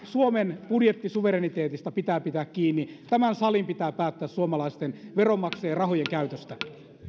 suomen budjettisuvereniteetista pitää pitää kiinni tämän salin pitää päättää suomalaisten veronmaksajien rahojen käytöstä